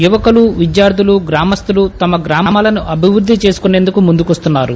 యువకులు విద్యార్లులు గ్రామస్తులు తమ గ్రామాలను అభివృద్ది చేసుకునేందుకు ముందుకు వస్తున్నారు